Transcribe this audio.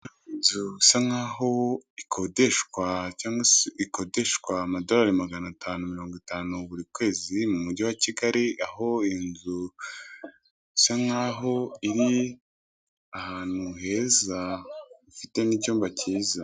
Inzu isankaho ikodeshwa cyangwa ikodeshwa amadorari 550 buri kwezi mu mujyi wa Kigali aho iy'inzu isankaho iri ahantu heza ifite n'icyumba cyiza.